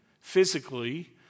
physically